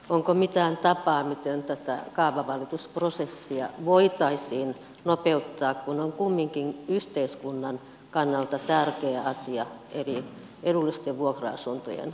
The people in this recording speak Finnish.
onko mitään tapaa miten tätä kaavavalitusprosessia voitaisiin nopeuttaa kun on kumminkin yhteiskunnan kannalta tärkeä asia eli edullisten vuokra asuntojen rakentaminen kyseessä